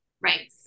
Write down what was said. Right